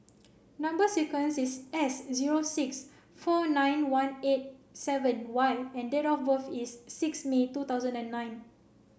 number sequence is S zero six four nine one eight seven Y and date of birth is six May two thousand and nine